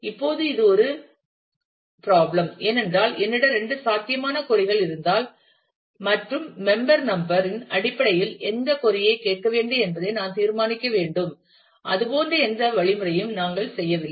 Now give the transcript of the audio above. இப்போது இது ஒரு ப்ராப்ளம் ஏனென்றால் என்னிடம் இரண்டு சாத்தியமான கொறி கள் இருந்தால் மற்றும் மெம்பர் நம்பர் இன் அடிப்படையில் எந்த கொறி ஐ கேட்க வேண்டும் என்பதை நான் தீர்மானிக்க வேண்டும் அது போன்ற எந்த வழிமுறையையும் நாங்கள் செய்யவில்லை